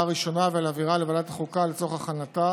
הראשונה ולהעבירה לוועדת החוקה לצורך הכנתה